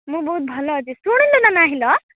ମୁଁ ବହୁତ ଭଲ ଅଛି ଶୁଣିଲୁ ନା ନାହିଁ ଲ